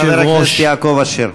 אחריו, חבר הכנסת יעקב אשר.